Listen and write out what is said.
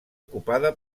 ocupada